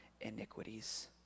iniquities